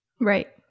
right